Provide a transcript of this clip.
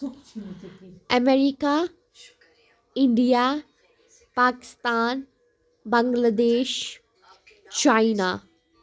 America India Pakistan Bangladesh China